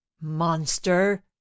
Monster